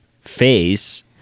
face